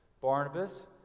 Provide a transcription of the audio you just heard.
Barnabas